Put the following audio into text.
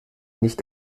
nicht